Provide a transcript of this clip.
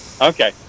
Okay